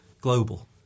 global